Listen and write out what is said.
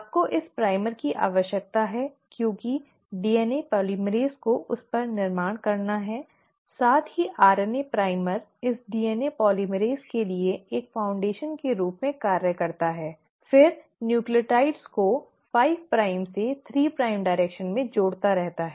आपको इस प्राइमर की आवश्यकता है क्योंकि डीएनए पोलीमरेज़ को उस पर निर्माण करना है साथ ही आरएनए प्राइमर इस डीएनए पोलीमरेज़ के लिए एक नींव के रूप में कार्य करता है फिर न्यूक्लियोटाइड्स को 5 प्राइम से 3 प्राइम दिशा में जोड़ता रहता है